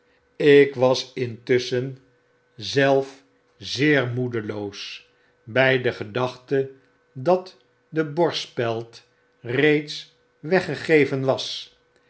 ik was intusschen zelf zeer moedeloos by de gedachte dat de borstspeld reeds weggegeven was